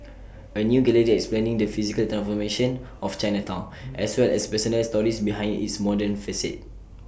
A new gallery explaining the physical transformation of Chinatown as well as personal stories behind its modern facade